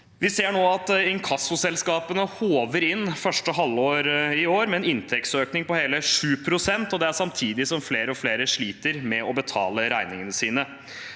inkassoselskapene håver inn i første halvår i år, med en inntektsøkning på hele 7 pst., og det er samtidig som flere og flere sliter med å betale regningene sine.